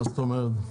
מה זאת אומרת?